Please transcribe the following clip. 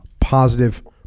positive